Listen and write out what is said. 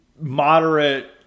moderate